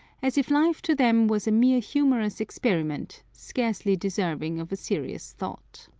as if life to them was a mere humorous experiment, scarcely deserving of a serious thought.